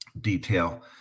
detail